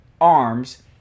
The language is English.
arms